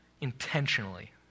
intentionally